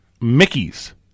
Mickey's